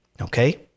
okay